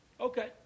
Okay